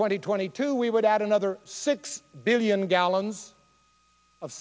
and twenty two we would add another six billion gallons of